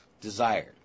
desired